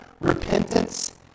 repentance